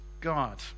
God